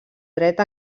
dret